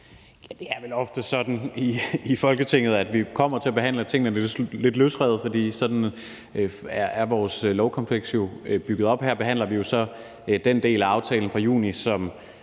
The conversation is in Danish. Det er vel ofte sådan i Folketinget, at vi kommer til at behandle tingene lidt løsrevet, for sådan er vores lovkompleks jo bygget op. Her behandler vi så den del af aftalen fra juni,